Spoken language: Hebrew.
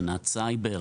הגנת סייבר?